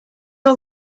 all